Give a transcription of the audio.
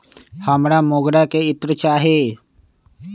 हमरा मोगरा के इत्र चाही